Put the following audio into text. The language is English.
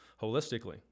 holistically